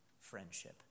friendship